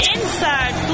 Inside